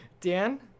Dan